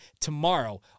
tomorrow